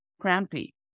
crampy